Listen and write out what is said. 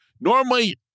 normally